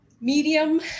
medium